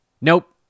Nope